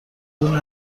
دونه